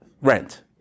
rent